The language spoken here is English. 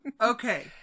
Okay